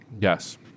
Yes